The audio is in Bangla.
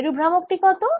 দ্বিমেরু ভ্রামক টি কত